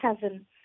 cousin